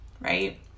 right